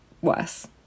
worse